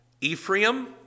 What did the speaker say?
Ephraim